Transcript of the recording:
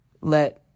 let